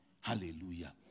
Hallelujah